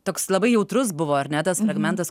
toks labai jautrus buvo ar ne tas fragmentas